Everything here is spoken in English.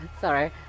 Sorry